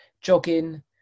jogging